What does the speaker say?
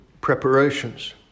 preparations